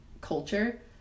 culture